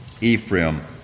Ephraim